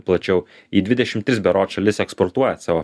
plačiau į dvidešim tris berods šalis eksportuojat savo